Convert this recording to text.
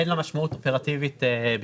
אין לו משמעות אופרטיבית בכלל.